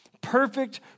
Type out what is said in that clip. Perfect